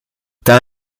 t’as